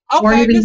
okay